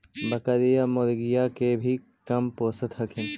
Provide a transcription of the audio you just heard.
बकरीया, मुर्गीया के भी कमपोसत हखिन?